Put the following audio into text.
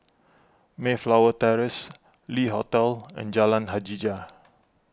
Mayflower Terrace Le Hotel and Jalan Hajijah